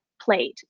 played